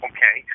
Okay